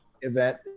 event